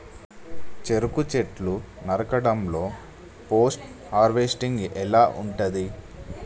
చెరుకు చెట్లు నరకడం లో పోస్ట్ హార్వెస్టింగ్ ఎలా ఉంటది?